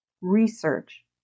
research